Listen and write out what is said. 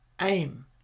aim